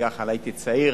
הייתי צעיר